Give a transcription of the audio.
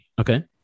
Okay